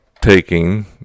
taking